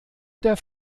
der